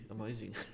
amazing